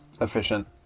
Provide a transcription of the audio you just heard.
efficient